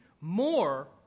more